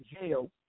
jail